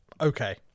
Okay